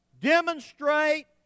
demonstrate